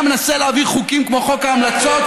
היה מנסה להעביר חוקים כמו חוק ההמלצות,